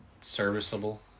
serviceable